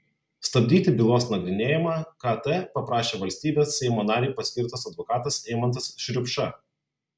stabdyti bylos nagrinėjimą kt paprašė valstybės seimo narei paskirtas advokatas eimantas šriupša